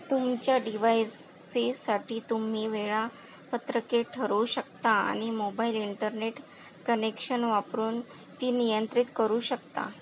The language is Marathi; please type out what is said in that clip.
तुमच्या डिव्हाईसेसाठी तुम्ही वेळापत्रके ठरवू शकता आणि मोबाईल इंटरनेट कनेक्शन वापरून ती नियंत्रित करू शकता